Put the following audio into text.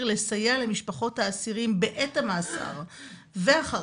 לסייע למשפחות האסירים בעת המאסר ואחריו,